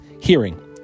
hearing